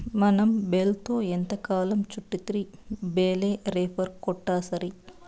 మనం బేల్తో ఎంతకాలం చుట్టిద్ది బేలే రేపర్ కొంటాసరి